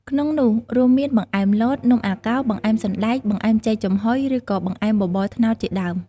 ក្នុងនោះរួមមាន បង្អែមលត នំអាកោ បង្អែមសណ្តែក បង្អែមចេកចំហុយ ឬក៏បង្អែមបបរត្នោតជាដើម ។